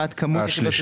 השלישית?